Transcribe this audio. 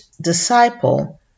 disciple